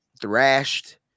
thrashed